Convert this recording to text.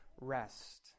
rest